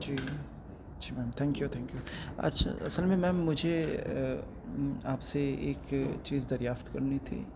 جی جی ma'am thank you thank you اچھا اصل میں میم مجھے آپ سے ایک چیز دریافت کرنی تھی